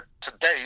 today